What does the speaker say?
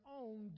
own